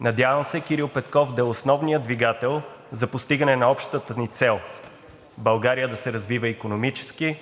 Надявам се Кирил Петков да е основният двигател за постигане на общата ни цел – България да се развива икономически,